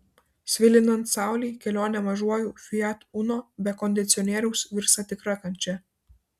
svilinant saulei kelionė mažuoju fiat uno be kondicionieriaus virsta tikra kančia